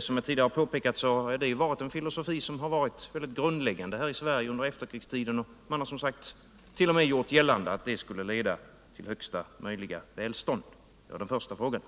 Som jag tidigare har påpekat har detta varit en filosofi som varit grundläggande i Sverige under efterkrigstiden, och man hart.o.m. velat göra gällande att den skulle leda till högsta möjliga välstånd. — Det var den första frågan.